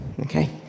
Okay